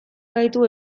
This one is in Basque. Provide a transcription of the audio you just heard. gaitu